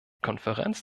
konferenz